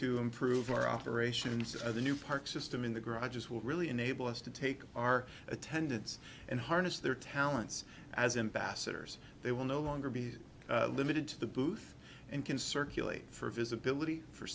to improve our operations and the new park system in the garages will really enable us to take our attendants and harness their talents as embassadors they will no longer be limited to the booth and can circulate for visibility for